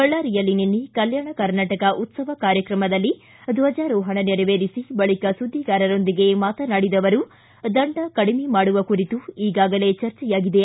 ಬಳ್ಕಾರಿಯಲ್ಲಿ ನಿನ್ನೆ ಕಲ್ಹಾಣ ಕರ್ನಾಟಕ ಉತ್ಸವ ಕಾರ್ಯಕ್ರಮದಲ್ಲಿ ದ್ವಜಾರೋಹಣ ನೆರವೇರಿಸಿ ಬಳಕ ಸುದ್ದಿಗಾರರೊಂದಿಗೆ ಮಾತನಾಡಿದ ಅವರು ದಂಡ ಕಡಿಮೆ ಮಾಡುವ ಕುರಿತು ಈಗಾಗಲೇ ಚರ್ಚೆಯಾಗಿದೆ